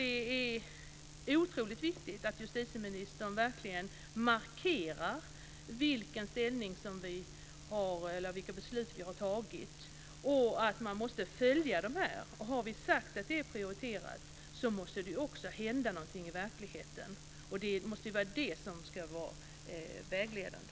Det är otroligt viktigt att justitieministern verkligen markerar vilka beslut som har fattats och att de måste följas. Har det sagts att dessa frågor är prioriterade måste det också hända någonting i verkligheten. Det måste vara vägledande.